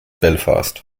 belfast